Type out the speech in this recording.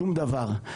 שום דבר.